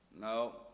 No